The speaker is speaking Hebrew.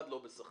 אחד לא בשכר.